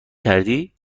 کردی